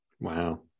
wow